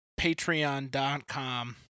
patreon.com